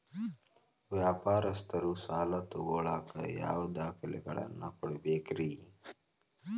ವ್ಯಾಪಾರಸ್ಥರು ಸಾಲ ತಗೋಳಾಕ್ ಯಾವ ದಾಖಲೆಗಳನ್ನ ಕೊಡಬೇಕ್ರಿ?